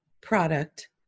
product